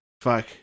fuck